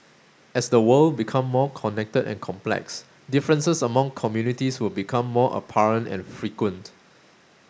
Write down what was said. as the world become more connected and complex differences among communities will become more apparent and frequent